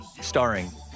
starring